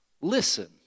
listen